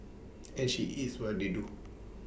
and she eats what they do